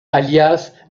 alias